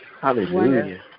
hallelujah